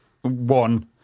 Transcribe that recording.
one